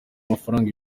amafaranga